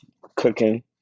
Cooking